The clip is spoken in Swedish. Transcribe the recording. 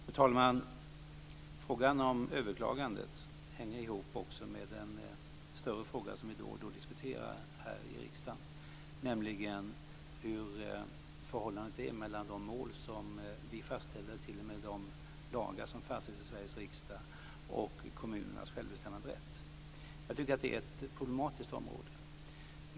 Fru talman! Frågan om överklagandet hänger ihop med en större fråga som vi då och då diskuterar här i riksdagen, nämligen hur förhållandet är mellan de mål som vi fastställer, t.o.m. de lagar som fastställs i Sveriges riksdag, och kommunernas självbestämmanderätt. Jag tycker att det är ett problematiskt område.